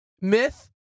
myth